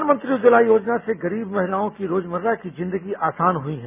प्रधानमंत्री उज्ज्वला योजना से गरीब महिलाओं की रोजमर्रा की जिंदगी आसान हुई है